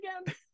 again